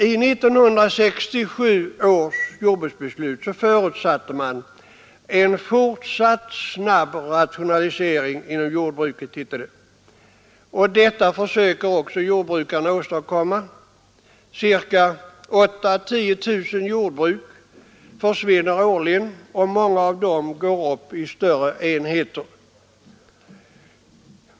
I 1967 års jordbruksbeslut förutsatte man, som det hette, en fortsatt snabb rationalisering inom jordbruket, och detta försökte också jordbrukarna åstadkomma. 8 000—10 000 jordbruk försvinner årligen, och många av dem går upp i större enheter.